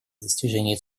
достижении